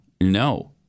No